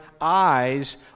eyes